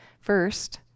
First